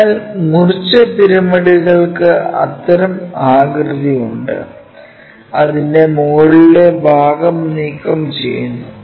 അതിനാൽ മുറിച്ച പിരമിഡുകൾക്ക് അത്തരം ആകൃതി ഉണ്ട് അതിന്റെ മുകളിലെ ഭാഗം നീക്കം ചെയ്യുന്നു